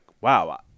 wow